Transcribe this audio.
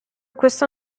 questo